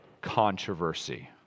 Controversy